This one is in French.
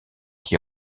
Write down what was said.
qui